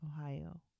Ohio